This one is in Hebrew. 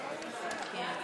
נתקבלו.